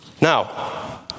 Now